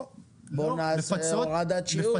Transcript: בוא נעשה הורדת שיעור.